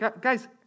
guys